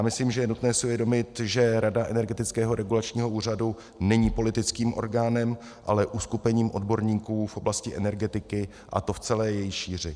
Myslím, že je nutné si uvědomit, že Rada Energetického regulačního úřadu není politickým orgánem, ale uskupením odborníků v oblasti energetiky, a to v celé její šíři.